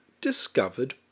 discovered